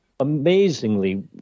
amazingly